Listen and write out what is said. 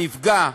הנפגע,